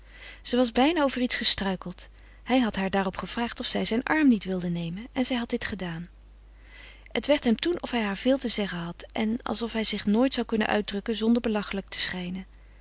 zij was bijna over iets gestruikeld hij had haar daarop gevraagd of zij zijn arm niet wilde nemen en zij had dit gedaan het werd hem toen of hij haar veel te zeggen had en alsof hij zich nooit zou kunnen uitdrukken zonder belachelijk te schijnen